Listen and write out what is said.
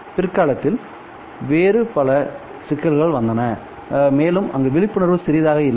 பிற்காலத்தில் வேறு பல சிக்கல்கள் வந்தன மேலும் அங்கு விழிப்புணர்வு சிறியதாக இல்லை